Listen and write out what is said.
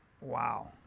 Wow